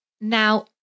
Now